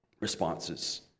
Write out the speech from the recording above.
responses